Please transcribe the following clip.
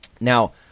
Now